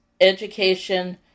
education